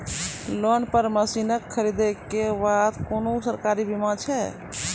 Loan पर मसीनऽक खरीद के बाद कुनू सरकारी बीमा छै?